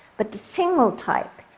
but a single type,